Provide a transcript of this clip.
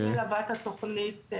מחוז דרום, אני מלווה את התוכנית מתחילתה,